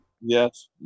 Yes